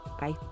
Bye